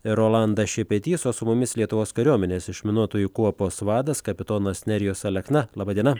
rolandas šepetys o su mumis lietuvos kariuomenės išminuotojų kuopos vadas kapitonas nerijus alekna laba diena